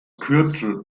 kürzel